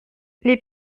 les